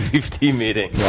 safety meeting.